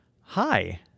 Hi